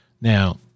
Now